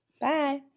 Bye